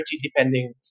depending